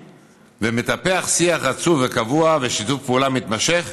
ומטפח שיח רצוף וקבוע ושיתוף פעולה מתמשך